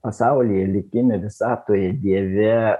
pasaulyje likime visatoje dieve